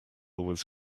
was